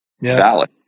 valid